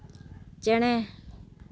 ᱪᱮᱬᱮ